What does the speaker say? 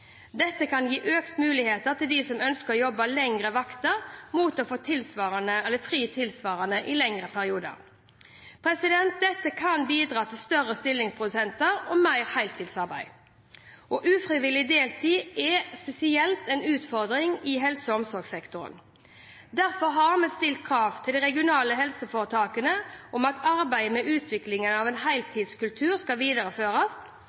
Dette kan gi økte muligheter til dem som ønsker å jobbe lengre vakter, mot å få fri tilsvarende i lengre perioder. Dette kan bidra til større stillingsprosenter og mer heltidsarbeid. Ufrivillig deltid er spesielt en utfordring i helse- og omsorgssektoren. Derfor har vi stilt krav til de regionale helseforetakene om at arbeidet med utviklingen av en heltidskultur skal videreføres,